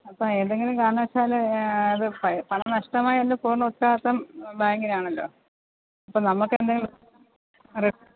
അപ്പം എന്തെങ്കിലും കാരണവശാൽ അത് പൈ പണം നഷ്ടമായാൽ പൂർണ ഉത്തരവാദിത്വം ബാങ്കിനാണല്ലോ അപ്പോൾ നമുക്ക് എന്തെങ്കിലും അതെ